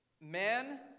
men